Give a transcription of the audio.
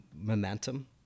momentum